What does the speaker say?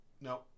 No